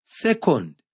Second